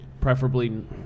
preferably